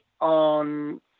on